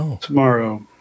tomorrow